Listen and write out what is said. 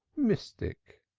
mystic.